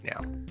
now